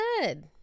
good